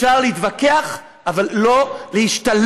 אפשר להתווכח, אבל לא להשתלח.